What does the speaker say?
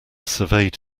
surveyed